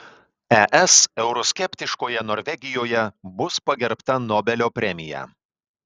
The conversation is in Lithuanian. es euroskeptiškoje norvegijoje bus pagerbta nobelio premija